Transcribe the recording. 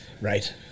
Right